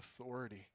authority